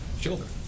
children